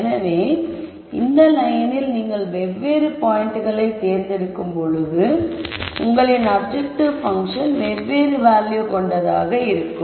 எனவே இந்த லயனில் நீங்கள் வெவ்வேறு பாயிண்ட்களை தேர்ந்தெடுக்கும்போது உங்களின் அப்ஜெக்டிவ் பங்க்ஷன் வெவ்வேறு வேல்யூ கொண்டதாக இருக்கும்